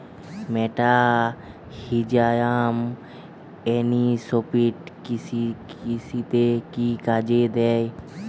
মেটাহিজিয়াম এনিসোপ্লি কৃষিতে কি কাজে দেয়?